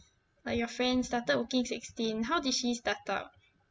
like your friend started working sixteen how did she start up